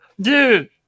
dude